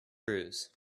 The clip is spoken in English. bruise